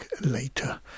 later